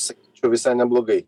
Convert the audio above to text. sakyčiau visai neblogai